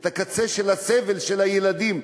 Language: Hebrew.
את הקצה של הסבל של הילדים,